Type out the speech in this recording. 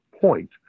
point